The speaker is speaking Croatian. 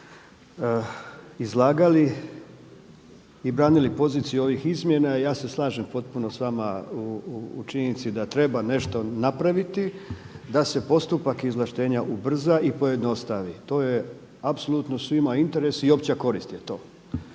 izlagali i branili poziciju ovih izmjena i ja se slažem potpuno s vama u činjenici da treba nešto napraviti da se postupak izvlaštenja ubrza i pojednostavi. To je apsolutno svima u interesu i opća korist je to.